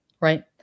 right